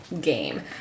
game